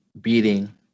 beating